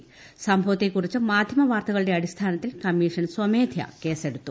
സ്ട്രഭവത്തെക്കുറിച്ച് മാധ്യമ വാർത്തകളുടെ അടിസ്ഥാനത്തിൽ കമ്മീഷൻ സ്വമേധയ കേസെടുത്തു